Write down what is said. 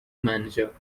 manager